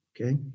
okay